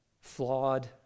flawed